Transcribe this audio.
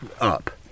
up